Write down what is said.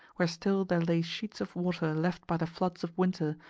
where still there lay sheets of water left by the floods of winter,